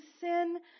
sin